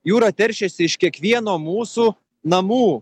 jūra teršėsi iš kiekvieno mūsų namų